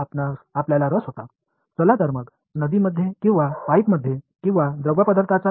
ஒரு நதியில் அல்லது ஒரு குழாயில் தண்ணீரில் அல்லது திரவ ஓட்டம் எவ்வாறு நடக்கிறது இன்று புரிந்து கொள்ளப்பட்டது